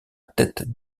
tête